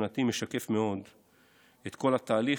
מבחינתי משקף מאוד את כל התהליך,